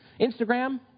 Instagram